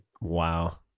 Wow